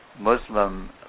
Muslim